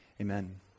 amen